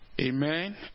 Amen